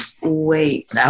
wait